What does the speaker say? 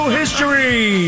history